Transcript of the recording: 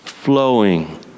flowing